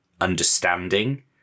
understanding